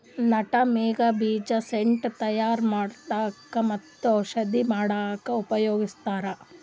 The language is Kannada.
ನಟಮೆಗ್ ಬೀಜ ಸೆಂಟ್ ತಯಾರ್ ಮಾಡಕ್ಕ್ ಮತ್ತ್ ಔಷಧಿ ಮಾಡಕ್ಕಾ ಉಪಯೋಗಸ್ತಾರ್